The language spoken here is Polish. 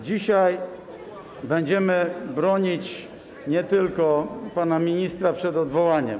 Dzisiaj będziemy bronić nie tylko pana ministra przed odwołaniem.